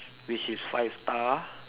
which is five star